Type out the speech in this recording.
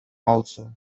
also